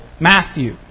Matthew